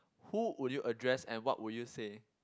who would you address and what would you say